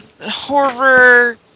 horror